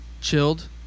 chilled